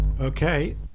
Okay